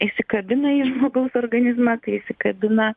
įsikabina į žmogaus organizmą tai įsikabina